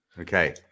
Okay